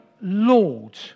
Lord